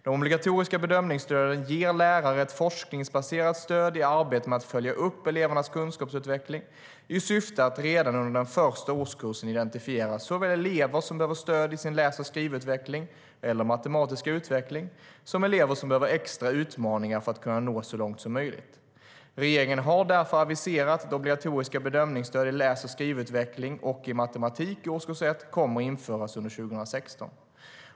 De obligatoriska bedömningsstöden ger lärare ett forskningsbaserat stöd i arbetet med att följa upp elevernas kunskapsutveckling i syfte att redan under den första årskursen identifiera såväl elever som behöver stöd i sin läs och skrivutveckling eller matematiska utveckling, som elever som behöver extra utmaningar för att kunna nå så långt som möjligt. Regeringen har därför aviserat i budgetpropositionen för 2015 att obligatoriska bedömningsstöd i läs och skrivutveckling och i matematik i årskurs 1 kommer att införas under 2016.